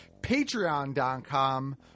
Patreon.com